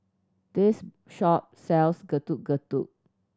this shop sells Getuk Getuk